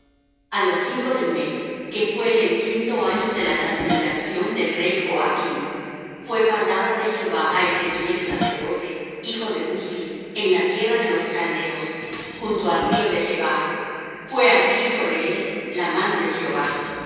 a los cinco del mes que fué en el quinto año de la transmigración del rey joachn fué palabra de jehová á ezequiel sacerdote hijo de buzi en la tierra de los caldeos junto al río de chebar fué allí sobre él la mano de jehová